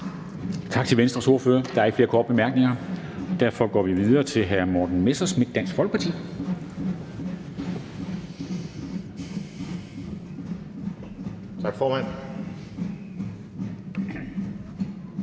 Tak til Venstres ordfører. Der er ikke flere korte bemærkninger, og derfor går vi videre til hr. Morten Messerschmidt, Dansk Folkeparti. Kl.